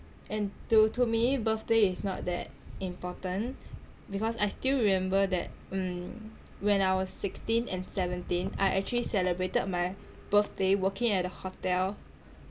and to to me birthday is not that important because I still remember that mm when I was sixteen and seventeen I actually celebrated my birthday working at a hotel